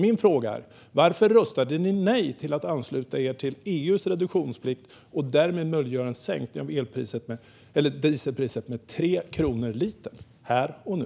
Min fråga är: Varför röstade ni nej till att ansluta er till EU:s reduktionsplikt och därmed möjliggöra en sänkning av dieselpriset med 3 kronor litern här och nu?